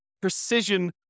precision